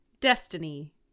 destiny